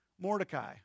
Mordecai